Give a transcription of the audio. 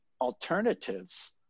alternatives